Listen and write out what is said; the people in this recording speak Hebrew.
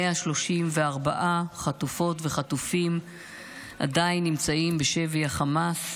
134 חטופות וחטופים עדיין נמצאים בשבי החמאס.